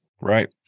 Right